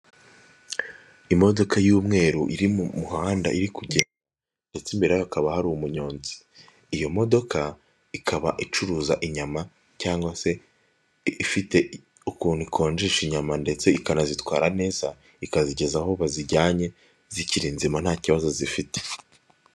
Imodoka y'umweru iri mu muhanda iri kugenda ndetse imbere hakaba hari umunyonzi, iyo modoka ikaba icuruza inyama cyangwa se ifite ukuntu ikonjesha inyama ndetse ikanazitwara neza ikazigeza aho bazijyanye zikiri nzima nta kibazo zifite.